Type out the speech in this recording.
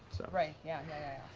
right, yeah, yeah,